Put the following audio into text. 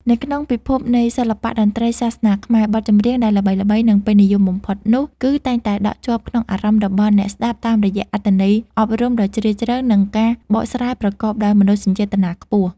នៅក្នុងពិភពនៃសិល្បៈតន្ត្រីសាសនាខ្មែរ បទចម្រៀងដែលល្បីៗ និងពេញនិយមបំផុតនោះ គឺតែងតែដក់ជាប់ក្នុងអារម្មណ៍របស់អ្នកស្ដាប់តាមរយៈអត្ថន័យអប់រំដ៏ជ្រាលជ្រៅ និងការបកស្រាយប្រកបដោយមនោសញ្ចេតនាខ្ពស់។